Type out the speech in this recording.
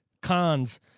cons